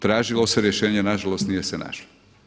Tražilo se rješenje, na žalost nije se našlo.